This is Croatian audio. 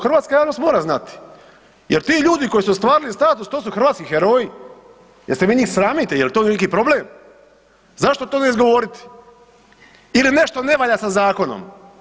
Hrvatska javnost mora znati jer ti ljudi koji su ostvarili status to su hrvatski heroji, jeste vi njih sramite, jel to neki problem, zašto to ne izgovoriti ili nešto ne valja sa zakonom?